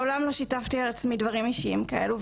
מעולם לא שיתפתי על עצמי דברים אישיים כאלו,